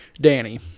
Danny